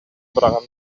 быраҕан